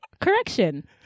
correction